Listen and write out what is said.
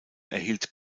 erhielt